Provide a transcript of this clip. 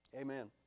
Amen